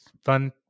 fun